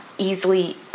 easily